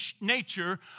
nature